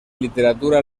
literatura